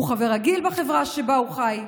הוא חבר רגיל בחברה שבה הוא חי.